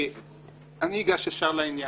אני אגש ישר לעניין.